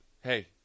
hey